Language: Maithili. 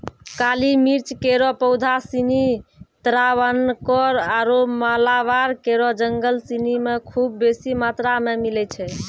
काली मिर्च केरो पौधा सिनी त्रावणकोर आरु मालाबार केरो जंगल सिनी म खूब बेसी मात्रा मे मिलै छै